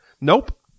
Nope